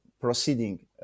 proceeding